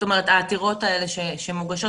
באמת העתירות האלה שמוגשות.